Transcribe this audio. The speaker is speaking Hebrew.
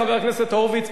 חבר הכנסת הורוביץ,